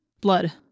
Blood